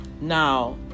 Now